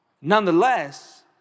Nonetheless